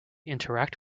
interact